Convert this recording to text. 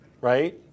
right